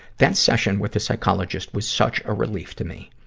that session with the psychologist was such a relief to me.